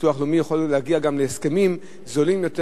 הביטוח הלאומי יכול להגיע גם להסכמים זולים יותר